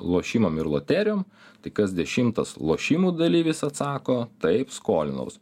lošimam ir loterijom tai kas dešimtas lošimų dalyvis atsako taip skolinaus